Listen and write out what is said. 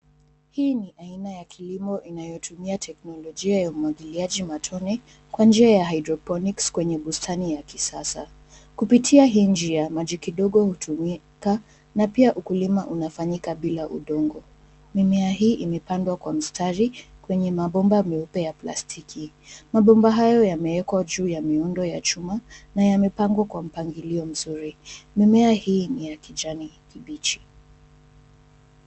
Hii ni aina ya kilimo inayotumia teknolojia ya umwagiliaji matone, kwa njia ya hydrophonics , kwenye bustani ya kisasa. Kupitia hii njia, maji kidogo hutumika, na pia ukulima unafanyika bila udongo. Mimea hii imepandwa kwa mistari, kwenye mabomba meupe ya plastiki. Mabomba hayo yameekwa juu ya miundo ya chuma, na yamepangwa kwa mpangilio mzuri. Mimea hii ni ya kijani kibichi.